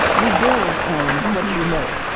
you build on what you know,